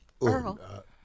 Earl